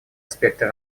аспекты